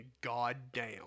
goddamn